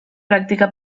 práctica